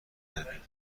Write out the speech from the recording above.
رویم